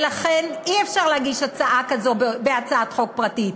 ולכן אי-אפשר להגיש הצעה כזאת בהצעת חוק פרטית.